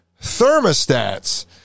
thermostats